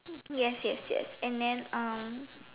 yes yes yes and then um